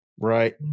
Right